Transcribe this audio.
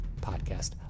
Podcast